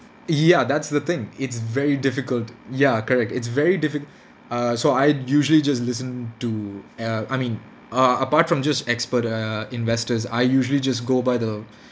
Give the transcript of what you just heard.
ya that's the thing it's very difficult ya correct it's very diffi~ err so I usually just listen to uh I mean uh apart from just expert uh investors I usually just go by the